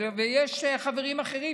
ויש חברים אחרים,